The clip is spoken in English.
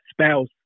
spouse